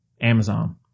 Amazon